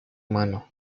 humano